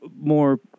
more